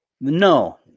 No